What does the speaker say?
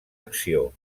acció